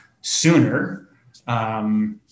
sooner